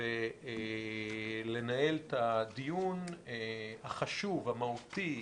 ולנהל את הדיון החשוב, המהותי,